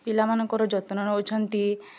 ପିଲା ମାନଙ୍କର ଯତ୍ନ ନେଉଛନ୍ତି